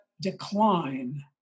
decline